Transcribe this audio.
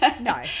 no